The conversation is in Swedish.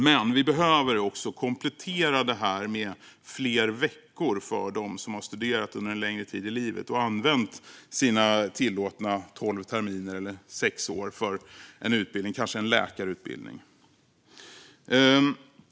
Men vi behöver också komplettera detta med fler veckor för dem som har studerat under en längre tid tidigare i livet och använt sina tillåtna tolv terminer eller sex år för en utbildning, kanske en läkarutbildning.